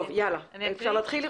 בבקשה.